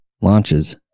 launches